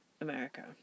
america